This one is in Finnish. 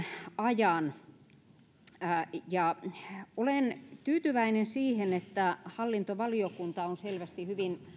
ajan olen tyytyväinen siihen että hallintovaliokunta on selvästi hyvin